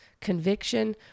conviction